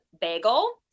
Bagel